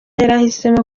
yarahisemo